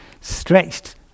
stretched